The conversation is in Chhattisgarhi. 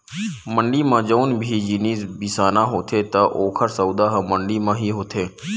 मंड़ी म जउन भी जिनिस बिसाना होथे त ओकर सौदा ह मंडी म ही होथे